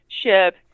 ship